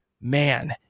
man